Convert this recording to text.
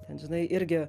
ten žinai irgi